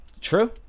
true